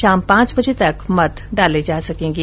शाम पांच बजे तक मत डाले जा सकेगें